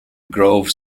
grove